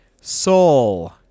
Soul